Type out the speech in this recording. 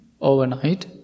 overnight